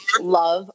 love